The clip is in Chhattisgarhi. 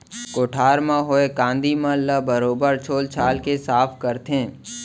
कोठार म होए कांदी मन ल बरोबर छोल छाल के सफ्फा करथे